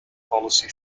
policy